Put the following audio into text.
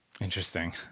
interesting